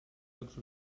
jocs